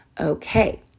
Okay